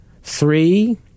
three